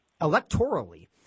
Electorally